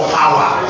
power